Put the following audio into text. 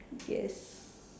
yes